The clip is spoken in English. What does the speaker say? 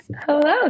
Hello